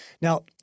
Now